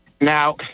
Now